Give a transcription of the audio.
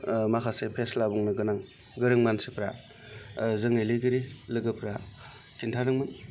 माखासे फेस्ला बुंनो गोनां गोरों मानसिफ्रा जोंनि लिरगिरि लोगोफ्रा खिन्थादोंमोन